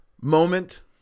moment